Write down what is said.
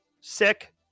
sick